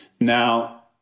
Now